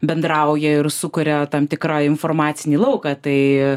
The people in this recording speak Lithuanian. bendrauja ir sukuria tam tikrą informacinį lauką tai